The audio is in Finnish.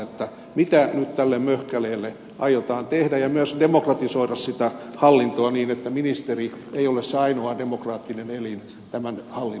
mitä nyt tälle möhkäleelle aiotaan tehdä ja aiotaanko myös demokratisoida sitä hallintoa niin että ministeri ei ole se ainoa demokraattinen elin tämän hallinnoinnissa